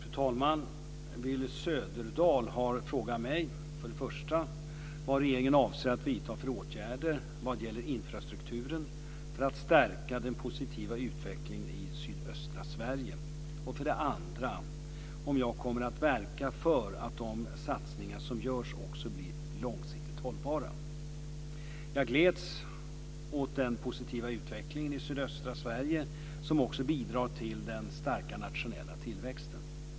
Fru talman! Willy Söderdahl har frågat mig - för det första vad regeringen avser att vidta för åtgärder vad gäller infrastrukturen för att stärka den positiva utvecklingen i sydöstra Sverige och - för det andra om jag kommer att verka för att de satsningar som görs också blir långsiktigt hållbara. Jag gläds åt den positiva utvecklingen i sydöstra Sverige, som också bidrar till den starka nationella tillväxten.